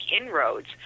inroads